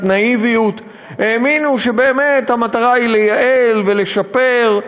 נאיביות האמינו שבאמת המטרה היא לייעל ולשפר.